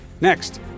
Next